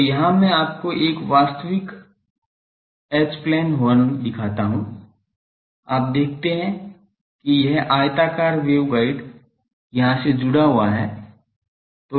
तो यहाँ मैं आपको एक वास्तविक एच प्लेन हॉर्न दिखाता हूँ आप देखते हैं कि यह आयताकार वेवगाइड यहाँ से जुड़ा हुआ है